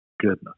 goodness